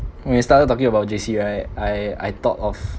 when you started talking about J_C right I I thought of